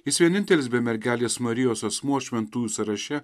jis vienintelis be mergelės marijos asmuo šventųjų sąraše